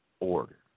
Order